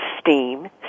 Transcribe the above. STEAM